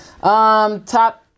Top